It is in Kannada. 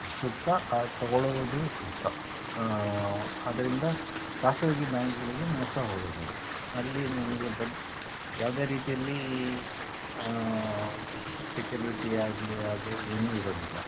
ಸೂಕ್ತ ತೊಗೊಳ್ಳುವುದು ಸೂಕ್ತ ಅದರಿಂದ ಖಾಸಗಿ ಬ್ಯಾಂಕ್ಗಳಿಗೆ ಮೋಸ ಹೋಗಬೇಡಿ ಅಲ್ಲಿ ನಿಮಗೆ ಬಡ್ಡಿ ಯಾವುದೇ ರೀತಿಯಲ್ಲಿ ಸೆಕ್ಯೂರಿಟಿಯಾಗಲಿ ಹಾಗೂ ಏನೂ ಇರೋದಿಲ್ಲ